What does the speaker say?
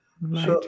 Right